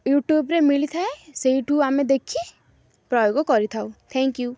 ୟୁଟ୍ୟୁବ୍ରେ ମିଳିଥାଏ ସେଇଠୁ ଆମେ ଦେଖି ପ୍ରୟୋଗ କରିଥାଉ ଥ୍ୟାଙ୍କ୍ ୟୁ